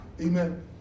Amen